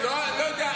לא יודע,